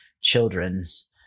children's